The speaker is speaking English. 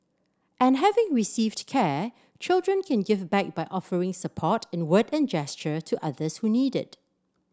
and having received care children can give back by offering support in word and gesture to others who need it